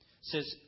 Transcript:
says